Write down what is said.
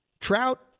Trout